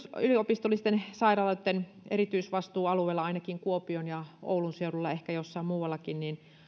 yliopistollisten sairaaloitten erityisvastuualueilla ainakin kuopion ja oulun seudulla ehkä jossain muuallakin